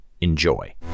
Enjoy